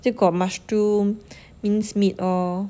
still got mushroom minced meat all